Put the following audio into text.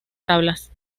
tablas